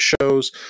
shows